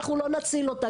אנחנו לא נציל אותה,